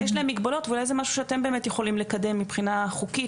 יש להם מגבלות ואולי זה משהו שאתם באמת יכולים לקדם מבחינה חוקית,